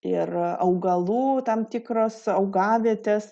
ir augalų tam tikros augavietės